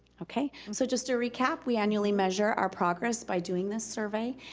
okay, so just to recap, we annually measure our progress by doing this survey,